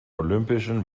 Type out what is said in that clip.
olympischen